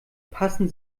passen